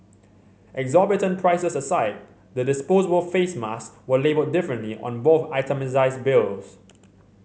exorbitant prices aside the disposable face mask were labelled differently on both itemised bills